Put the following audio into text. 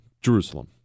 Jerusalem